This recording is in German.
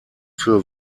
für